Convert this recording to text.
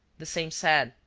the same sad,